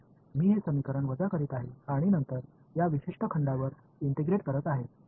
म्हणूनच मी हे समीकरण वजा करीत आहे आणि नंतर एका विशिष्ट खंडावर इंटिग्रेट करत आहे